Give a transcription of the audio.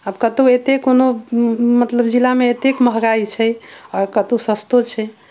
आब कतौ एते कोनो मतलब जिलामे एतेक महगाइ छै आ कतौ सस्तो छै